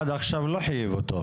עד היום לא חייב אותו.